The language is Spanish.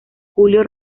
julio